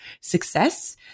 success